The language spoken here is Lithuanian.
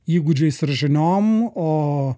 įgūdžiais ir žiniom o